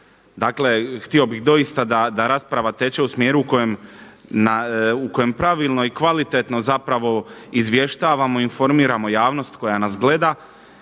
Dakle htio bih doista da rasprava teče u smjeru u kojem pravilno i kvalitetno izvještavamo i informiramo javnost koja nas gleda,